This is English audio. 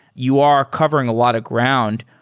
you are covering a lot of ground.